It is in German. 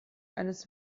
eines